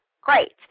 great